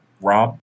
Rob